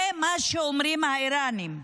זה מה שאומרים האיראנים,